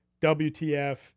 WTF